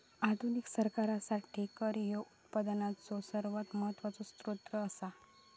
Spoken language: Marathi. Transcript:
आधुनिक सरकारासाठी कर ह्यो उत्पनाचो सर्वात महत्वाचो सोत्र असा